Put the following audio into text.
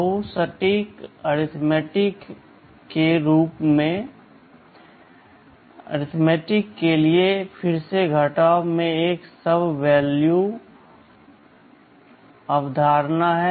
बहु सटीक अरिथमेटिक के लिए फिर से घटाव में एक समान उधार अवधारणा है